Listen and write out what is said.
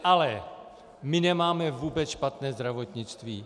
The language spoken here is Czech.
Ale my nemáme vůbec špatné zdravotnictví.